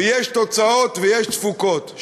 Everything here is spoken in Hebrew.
ויש תוצאות ויש תפוקות.